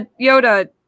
Yoda